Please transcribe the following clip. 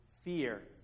fear